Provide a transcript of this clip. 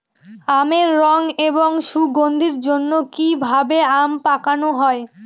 আমের রং এবং সুগন্ধির জন্য কি ভাবে আম পাকানো হয়?